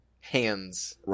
hands